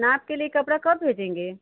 नाप के लिए कपड़ा कब भेजेंगे